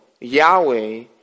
Yahweh